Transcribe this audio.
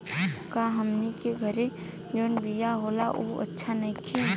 का हमनी के घरे जवन बिया होला उ अच्छा नईखे?